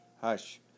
hush